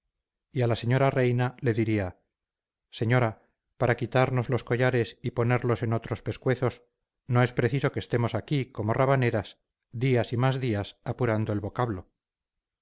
a la señora reina le diría señora para quitamos los collares y ponerlos en otros pescuezos no es preciso que estemos aquí como rabaneras días y más días apurando el vocablo